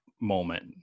moment